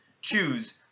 choose